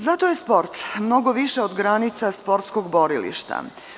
Zato je sport mnogo više od granica sportskog borilišta.